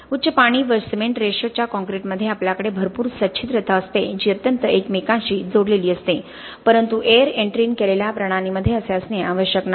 उच्च पाणी व सिमेंट रेशो च्या काँक्रीटमध्ये आपल्याकडे भरपूर सच्छिद्रता असते जी अत्यंत एकमेकांशी जोडलेली असते परंतु एयर एण्ट्रइन केलेल्या प्रणालीमध्ये असे असणे आवश्यक नाही